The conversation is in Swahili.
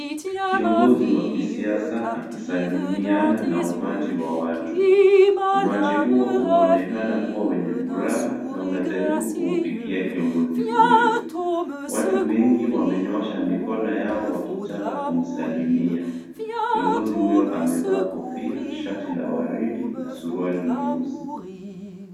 Kiogozi wa siasa akisaimiana na umati wa watu. Umati huo unaonekana kuwa wenye furaha na unajaribu kumfikia kiongozi huyo. Watu wengi wamenyosha mikono yao wakitaka kumsalimia. Kiongozi huyo amevaa kofia , shati ya waridi na suruaili nyeusi.